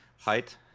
height